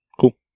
Cool